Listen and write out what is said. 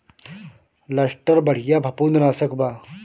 Luster बढ़िया फंफूदनाशक बा